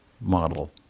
model